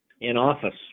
In-office